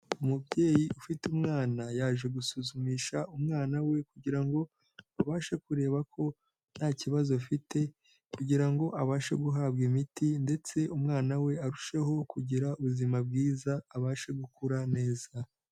Umubyeyi ufite umwana, yaje gusuzumisha umwana we kugira ngo abashe kureba ko nta kibazo afite kugira abashe guhabwa imiti ndetse umwana we arusheho kugira ubuzima bwiza abashe gukura neza.